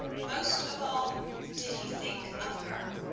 most of all did he think of her,